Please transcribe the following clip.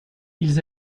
ils